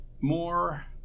More